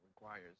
requires